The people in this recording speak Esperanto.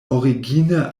origine